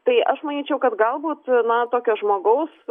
tai aš manyčiau kad galbūt na tokio žmogaus